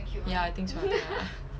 ya I think so I think I